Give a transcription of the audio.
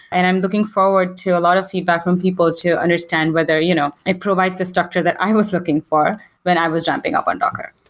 and i'm looking forward to a lot of feedback from people to understand whether you know it provides a structure that i was looking for when i was ramping up on docker.